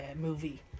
movie